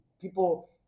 people